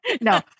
no